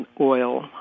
oil